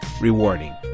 rewarding